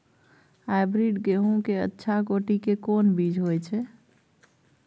Hybrid गेहूं के अच्छा कोटि के कोन बीज होय छै?